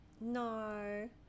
no